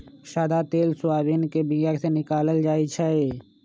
सदा तेल सोयाबीन के बीया से निकालल जाइ छै